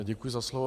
Děkuji za slovo.